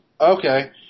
Okay